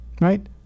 Right